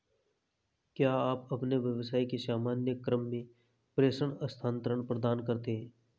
क्या आप अपने व्यवसाय के सामान्य क्रम में प्रेषण स्थानान्तरण प्रदान करते हैं?